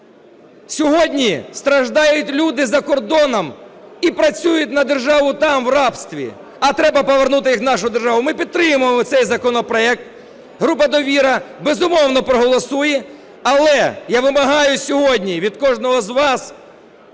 Сьогодні страждають люди за кордоном і працюють на державу там в рабстві, а треба повернути їх у нашу державу. Ми підтримуємо цей законопроект. Група "Довіра", безумовно, проголосує. Але я вимагаю сьогодні від кожного з вас